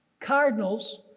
cardinals,